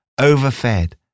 overfed